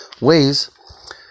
ways